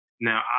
Now